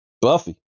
Buffy